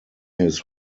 his